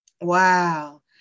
Wow